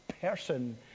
person